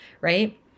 right